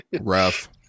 Rough